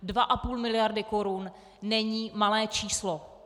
Dvě a půl miliardy korun není malé číslo!